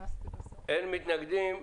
אין מתנגדים.